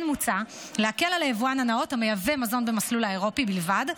כמו כן מוצע להקל על היבואן הנאות המייבא מזון במסלול האירופי בלבד,